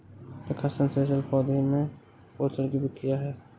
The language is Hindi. प्रकाश संश्लेषण पौधे में पोषण की प्रक्रिया है